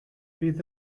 bydd